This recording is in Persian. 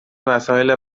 وسایل